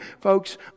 Folks